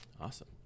Awesome